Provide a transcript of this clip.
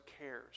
cares